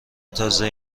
تازه